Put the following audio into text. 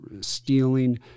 stealing